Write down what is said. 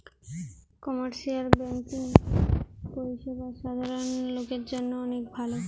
commercial banking পরিষেবা সাধারণ লোকের জন্য অনেক ভালো